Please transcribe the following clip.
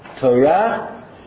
Torah